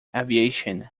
aviation